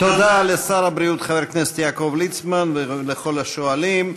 תודה לשר הבריאות חבר הכנסת יעקב ליצמן ולכל השואלים.